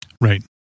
Right